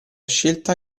scelta